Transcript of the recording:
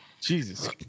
Jesus